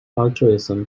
altruism